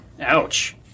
Ouch